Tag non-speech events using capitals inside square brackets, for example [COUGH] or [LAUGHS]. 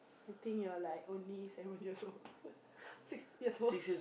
I think you will like only seven years old [LAUGHS] six years old